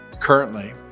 Currently